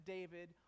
David